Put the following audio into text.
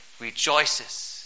rejoices